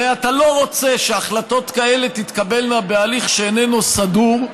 הרי אתה לא רוצה שהחלטות כאלה תתקבלנה בהליך שאיננו סדור,